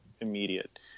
immediate